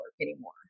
anymore